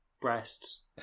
breasts